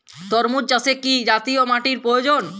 তরমুজ চাষে কি জাতীয় মাটির প্রয়োজন?